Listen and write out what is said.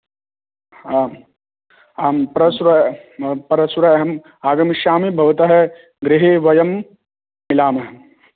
आम् आम् परश्वः परश्वः अहम् आगमिष्यामि भवतः गृहे वयं मिलामः